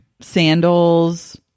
Sandals